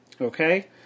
Okay